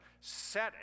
set